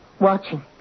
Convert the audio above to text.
watching